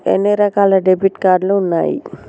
ఎన్ని రకాల debit card ఉన్నాయి?